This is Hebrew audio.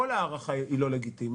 כל הארכה היא לא לגיטימית,